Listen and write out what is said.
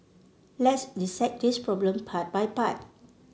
let's dissect this problem part by part